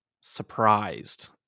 surprised